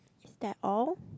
is that all